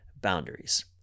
boundaries